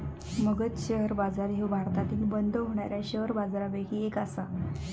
Magadh share बाजार ह्यो भारतातील बंद होणाऱ्या शेअर बाजारपैकी एक आसा